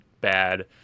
bad